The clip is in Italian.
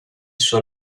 suo